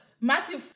Matthew